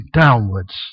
downwards